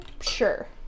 sure